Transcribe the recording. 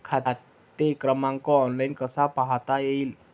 खाते क्रमांक ऑनलाइन कसा पाहता येईल?